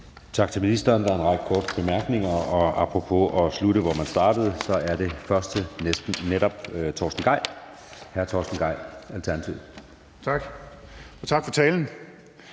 Tak til ministeren. Der er en række korte bemærkninger, og apropos det med at slutte, hvor man startede, er den næste netop hr. Torsten Gejl, Alternativet. Kl. 12:30 Torsten